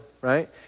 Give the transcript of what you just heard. right